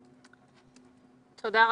תודה.